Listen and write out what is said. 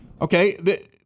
Okay